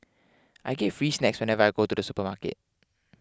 I get free snacks whenever I go to the supermarket